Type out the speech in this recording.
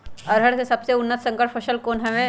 अरहर के सबसे उन्नत संकर फसल कौन हव?